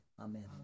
Amen